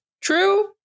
True